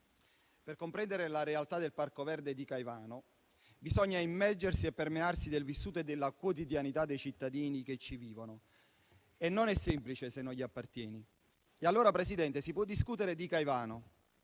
per comprendere la realtà del Parco Verde di Caivano bisogna immergersi e permearsi del vissuto e della quotidianità dei cittadini che ci vivono. E non è semplice, se non gli appartieni. Allora, Presidente, si può discutere di Caivano,